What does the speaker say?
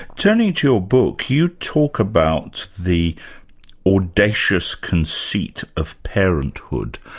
turning to your book, you talk about the audacious conceit of parenthood.